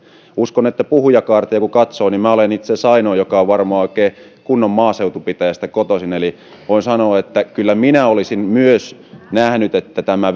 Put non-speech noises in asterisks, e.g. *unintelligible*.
uskon että puhujakaartia kun katsoo niin minä olen itse asiassa varmaan ainoa joka on oikein kunnon maaseutupitäjästä kotoisin eli voin sanoa että kyllä myös minä olisin nähnyt että tämä *unintelligible*